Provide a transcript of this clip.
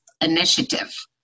Initiative